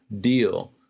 deal